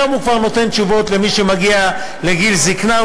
היום הוא כבר נותן תשובות למי שמגיע לגיל זיקנה.